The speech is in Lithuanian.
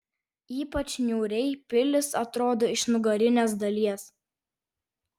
ypač niūriai pilis atrodo iš nugarinės dalies